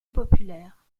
populaire